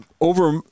over